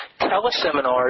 teleseminars